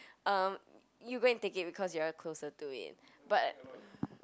um you go and take it because you are closer to it but